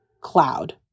Cloud